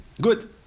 Good